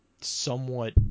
somewhat